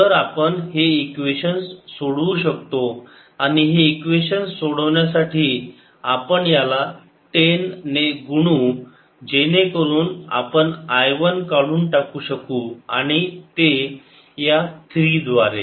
तर आपण हे इक्वेशन्स सोडवू शकतो आणि हे इक्वेशन्स सोडवण्यासाठी आपण याला 10 ने गुणु जेणेकरून आपण I वन काढून टाकू शकू आणि ते या 3 द्वारे